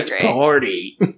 party